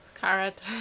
carrot